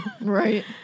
Right